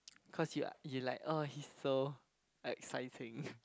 cause he like he like oh he's so exciting